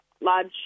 large